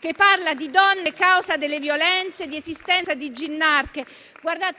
che parla di donne causa delle violenze e di esistenza di ginnarche.